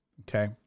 Okay